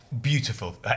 beautiful